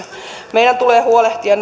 meidän tulee huolehtia